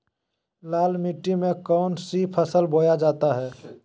लाल मिट्टी में कौन सी फसल बोया जाता हैं?